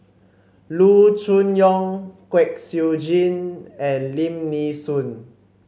Loo Choon Yong Kwek Siew Jin and Lim Nee Soon